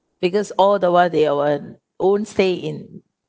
because all the while they are the one own stay in